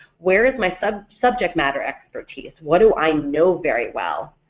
where is my subject subject matter expertise, what do i know very well?